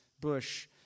bush